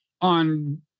On